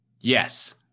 Yes